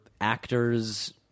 actors